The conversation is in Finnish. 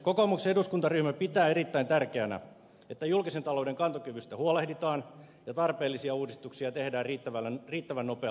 kokoomuksen eduskuntaryhmä pitää erittäin tärkeänä että julkisen talouden kantokyvystä huolehditaan ja tarpeellisia uudistuksia tehdään riittävän nopealla aikataululla